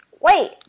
Wait